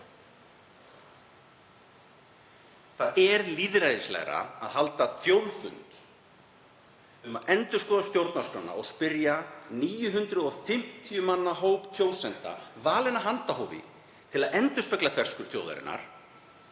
Það er lýðræðislegra að halda þjóðfund um að endurskoða stjórnarskrána og spyrja 950 manna hóp kjósenda, valinn af handahófi til að sýna þverskurð þjóðarinnar,